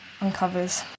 uncovers